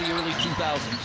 early two thousand